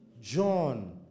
John